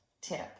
tip